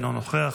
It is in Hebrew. אינו נוכח,